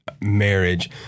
Marriage